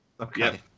Okay